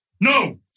No